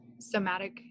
somatic